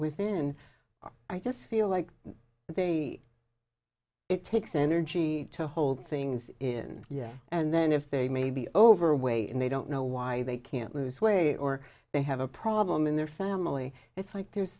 within are i just feel like they it takes energy to hold things in yeah and then if they may be overweight and they don't know why they can't lose weight or they have a problem in their family it's like there's